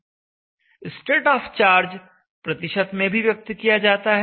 state of charge प्रतिशत में भी व्यक्त किया जाता है